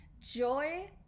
Joy